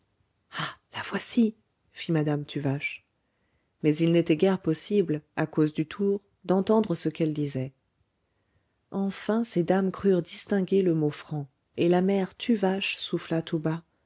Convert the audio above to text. ah la voici fit madame tuvache mais il n'était guère possible à cause du tour d'entendre ce qu'elle disait enfin ces dames crurent distinguer le mot francs et la mère tuvache souffla tout bas